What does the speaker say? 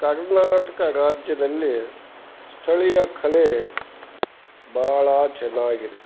ಕರ್ನಾಟಕ ರಾಜ್ಯದಲ್ಲಿ ಸ್ಥಳೀಯ ಕಲೆ ಭಾಳ ಚೆನ್ನಾಗಿದೆ